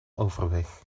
overweg